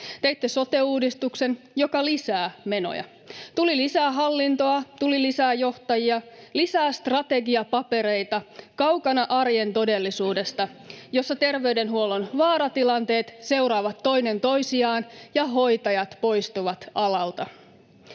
Teitte sote-uudistuksen, joka lisää menoja. Tuli lisää hallintoa, tuli lisää johtajia, lisää strategiapapereita kaukana arjen todellisuudesta, jossa terveydenhuollon vaaratilanteet seuraavat toinen toisiaan ja hoitajat poistuvat alalta.